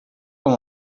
com